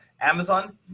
Amazon